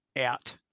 out